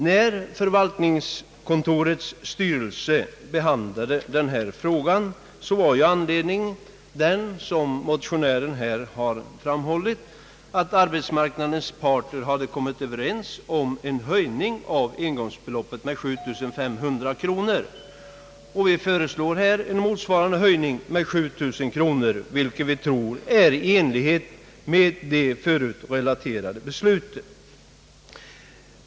När förvaltningskontorets styrelse nu behandlade denna fråga var anledningen den, som motionären här har framhållit, att arbetsmarknadens parter hade kommit överens om en höjning av engångsbeloppet med 7500 kronor. Vi föreslår här en motsvarande höjning med 7 000 kronor, vilket vi tror är i enlighet med det förut relaterade beslutet.